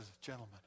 gentlemen